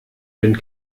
den